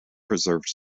preserved